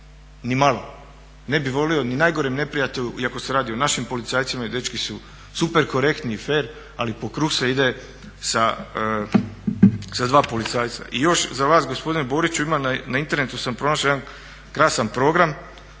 Nimalo! Ne bih volio ni najgorem neprijatelju, iako se radi o našim policajcima i dečki su super korektni i fer, ali po kruh se ide sa dva policajca. I još za vas gospodine Boriću imam na internetu sam pronašao jedan krasan program